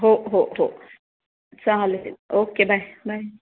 हो हो हो चालेल ओके बाय बाय